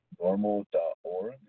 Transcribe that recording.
normal.org